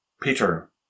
Peter